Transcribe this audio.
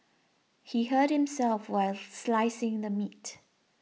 he hurt himself while slicing the meat